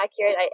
accurate